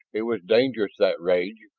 it was dangerous, that rage,